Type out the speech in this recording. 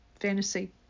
Fantasy